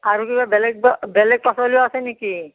আৰু কিবা বেলেগ বেলেগ পাচলিও আছে নেকি